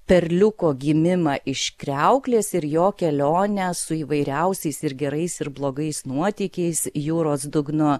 perliuko gimimą iš kriauklės ir jo kelionę su įvairiausiais ir gerais ir blogais nuotykiais jūros dugnu